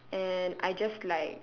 and I just like